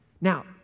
Now